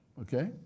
Okay